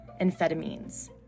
amphetamines